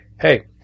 hey